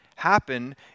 happen